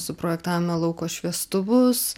suprojektavome lauko šviestuvus